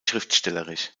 schriftstellerisch